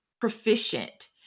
proficient